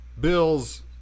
bills